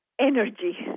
energy